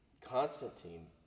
Constantine